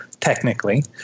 technically